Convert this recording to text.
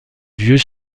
vieux